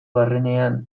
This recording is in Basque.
barrenean